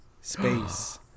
space